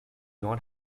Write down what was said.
not